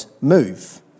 move